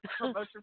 promotion